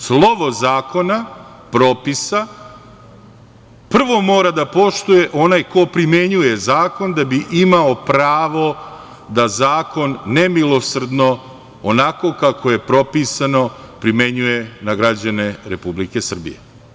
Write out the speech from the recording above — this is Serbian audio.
Slovo zakona, propisa, prvo mora da poštuje onaj ko primenjuje zakon da bi imao pravo da zakon nemilosrdno onako kako je propisano primenjuje na građane Republike Srbije.